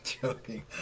joking